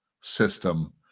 system